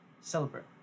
celebrate